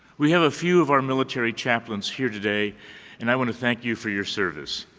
we have a few of our military chaplains here today and i want to thank you for your service.